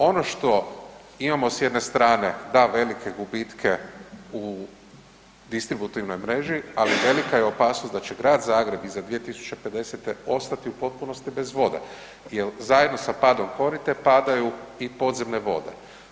Ono što imamo s jedne strane, da, velike gubitke u distributivnoj mreži, ali velika je opasnost da će i grad Zagreb iza 2050. ostati u potpunosti bez vode jer zajedno sa padom korita padaju i podzemne vode.